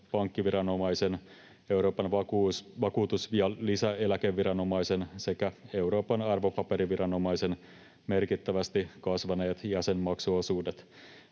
pankkiviranomaisen, Euroopan vakuutus- ja lisäeläkeviranomaisen sekä Euroopan arvopaperiviranomaisen merkittävästi kasvaneet jäsenmaksuosuudet.